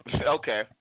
Okay